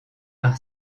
par